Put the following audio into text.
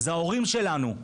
זה ההורים שלנו.